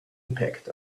impact